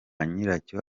nyiracyo